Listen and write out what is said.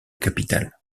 capitale